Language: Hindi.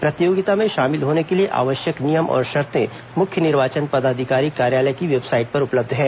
प्रतियोगिता में शामिल होने के लिए आवश्यक नियम और शर्तें मुख्य निर्वाचन पदाधिकारी कार्यालय की वेबसाइट पर उपलब्ध हैं